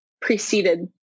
preceded